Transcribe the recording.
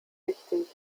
wichtig